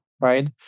right